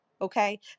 Okay